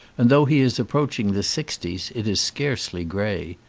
and though he is approaching the sixties it is scarcely grey.